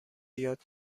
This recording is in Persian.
یاد